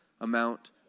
amount